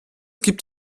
gibt